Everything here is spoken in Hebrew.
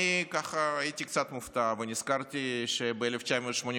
הייתי קצת מופתע, ונזכרתי שב-1989